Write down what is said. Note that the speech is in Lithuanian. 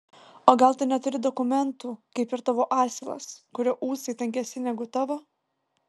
o gal tu neturi dokumentų kaip ir tavo asilas kurio ūsai tankesni negu tavo